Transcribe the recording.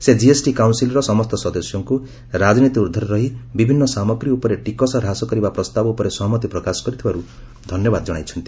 ସେ ଜିଏସ୍ଟି କାଉନ୍ସିଲ୍ର ସମସ୍ତ ସଦସ୍ୟଙ୍କୁ ରାଜନୀତି ଉର୍ଦ୍ଧରେ ରହି ବିଭିନ୍ନ ସାମଗ୍ରୀ ଉପରେ ଟିକସ ହ୍ରାସ କରିବା ପ୍ରସ୍ତାବ ଉପରେ ସହମତି ପ୍ରକାଶ କରିଥିବାରୁ ଧନ୍ୟବାଦ ଜଣାଇଛନ୍ତି